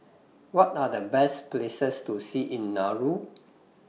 What Are The Best Places to See in Nauru